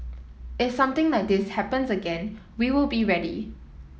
if something like this happens again we will be ready